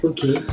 Okay